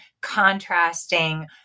contrasting